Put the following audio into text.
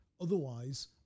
otherwise